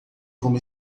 como